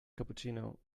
cappuccino